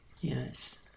Yes